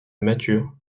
matures